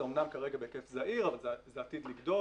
זה אמנם כרגע בהיקף זעיר אבל זה עתיד לגדול.